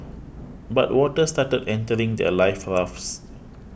but water started entering their life rafts